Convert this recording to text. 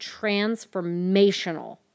transformational